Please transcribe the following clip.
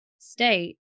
State